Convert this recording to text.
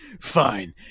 Fine